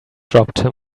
dropped